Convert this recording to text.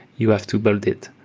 you have to build it.